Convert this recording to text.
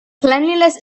cleanliness